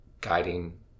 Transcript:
guiding